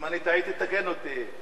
אם אני טעיתי, תתקן אותי.